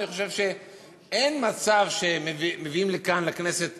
ואני חושב שאין מצב שמביאים לכאן לכנסת